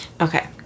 Okay